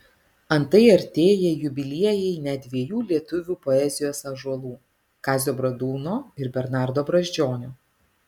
antai artėja jubiliejai net dviejų lietuvių poezijos ąžuolų kazio bradūno ir bernardo brazdžionio